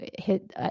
hit